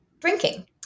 drinking